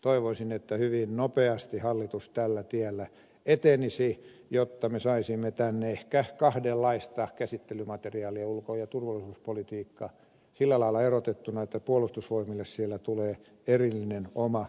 toivoisin että hyvin nopeasti hallitus tällä tiellä etenisi jotta me saisimme tänne ehkä kahdenlaista käsittelymateriaalia ulko ja turvallisuuspolitiikka sillä lailla erotettuina että puolustusvoimille siellä tulee erillinen oma lokeronsa